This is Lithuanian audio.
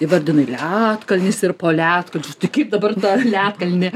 įvardinai ledkalnis ir po ledkalnio nu tai kaip dabar tą ledkalnį